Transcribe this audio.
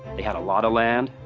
they had a lot of land.